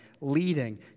leading